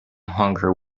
honker